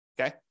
Okay